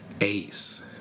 ace